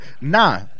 Nah